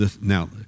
Now